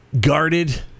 guarded